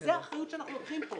זאת האחריות שאנחנו לוקחים.